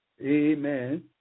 Amen